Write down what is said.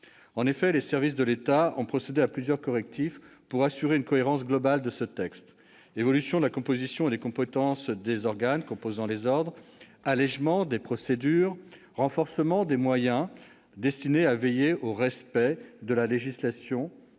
En effet, les services de l'État ont procédé à plusieurs correctifs pour assurer une cohérence globale de ce texte : évolution de la composition et des compétences des organes composant les ordres, allégement des procédures, renforcement des moyens destinés à veiller au respect de la législation